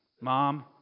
Mom